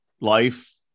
life